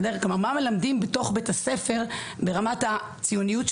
מה מלמדים בתוך בית הספר ברמת הציוניות,